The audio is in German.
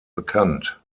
bekannt